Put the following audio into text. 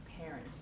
parent